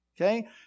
okay